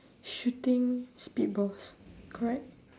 shooting spit balls correct